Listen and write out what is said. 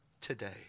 today